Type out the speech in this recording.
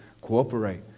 cooperate